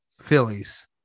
Phillies